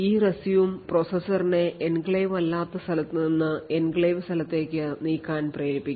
ERESUME പ്രോസസ്സറിനെ enclave അല്ലാത്ത സ്ഥലത്ത് നിന്ന് എൻക്ലേവ് സ്ഥലത്തേക്ക് നീക്കാൻ പ്രേരിപ്പിക്കും